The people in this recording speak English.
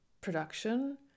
production